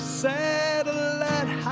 satellite